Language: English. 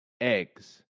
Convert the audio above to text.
eggs